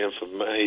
information